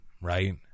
Right